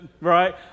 right